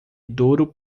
duro